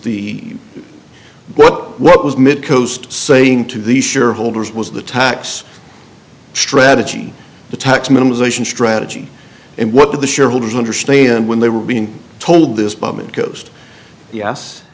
the what what was midcoast saying to the shareholders was the tax strategy the tax minimisation strategy and what the shareholders understand when they were being told this moment coast yes